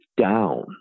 down